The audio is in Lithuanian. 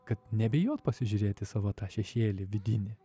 kad nebijot pasižiūrėti į savo tą šešėlį vidinį